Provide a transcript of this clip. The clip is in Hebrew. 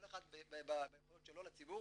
כל אחד ביכולות שלו לציבור,